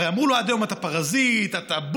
הרי אמרו לו עד היום: אתה פרזיט, אתה בור.